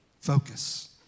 Focus